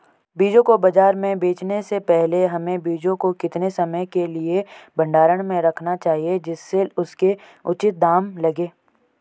बीजों को बाज़ार में बेचने से पहले हमें बीजों को कितने समय के लिए भंडारण में रखना चाहिए जिससे उसके उचित दाम लगें?